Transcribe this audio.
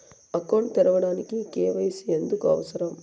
Account తెరవడానికి, KYC ఎందుకు అవసరం?